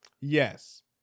Yes